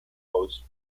coast